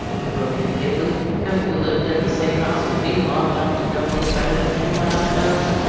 he broke in, glibly. haven't you lived in the same house with me long enough to know me better than any one else does?